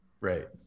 right